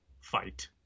fight